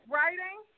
Writing